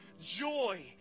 Joy